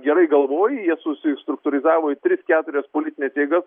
gerai galvoj jie susistruktūrizavo į tris keturias politines jėgas